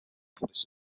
puppets